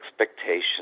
expectations